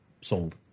Sold